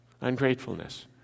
Ungratefulness